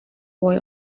boy